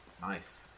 Nice